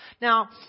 Now